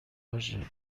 باشه